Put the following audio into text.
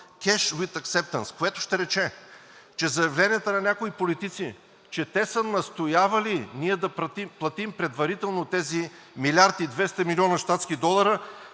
cash with acceptance“, което ще рече, че заявленията на някои политици, че те са настоявали ние да платим предварително тези милиард и 200 млн. щатски долара,